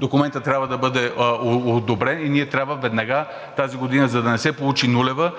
документът трябва да бъде одобрен и ние трябва веднага тази година, за да не се получи нулева,